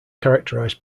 characterized